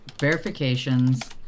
Verifications